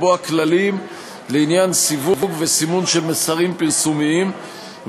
לקבוע כללים לעניין סיווג וסימון של מסרים פרסומיים,